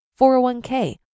401k